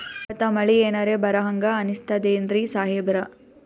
ಇವತ್ತ ಮಳಿ ಎನರೆ ಬರಹಂಗ ಅನಿಸ್ತದೆನ್ರಿ ಸಾಹೇಬರ?